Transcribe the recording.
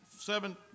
seven